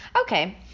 Okay